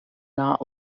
not